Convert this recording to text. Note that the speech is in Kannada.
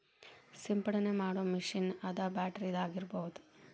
ಸಿಂಪಡನೆ ಮಾಡು ಮಿಷನ್ ಅದ ಬ್ಯಾಟರಿದ ಆಗಿರಬಹುದ